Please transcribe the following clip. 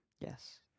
yes